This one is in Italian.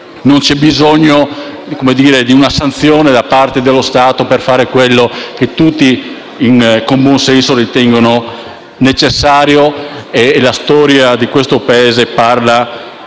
non c'è bisogno di una sanzione da parte dello Stato per fare quello che tutti, con buon senso, ritengono necessario. La storia di questo Paese parla,